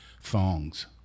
thongs